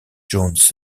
jones